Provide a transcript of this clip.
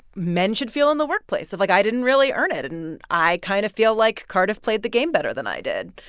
men should feel in the workplace cause, like, i didn't really earn it. and i kind of feel like cardiff played the game better than i did,